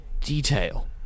detail